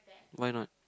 why not